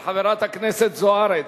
לא נקלטה ההצבעה של חברת הכנסת זוארץ.